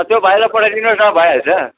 त्यो भाइलाई पठाइदिनुहोस् न भइहाल्छ